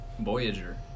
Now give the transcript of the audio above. Voyager